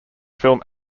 film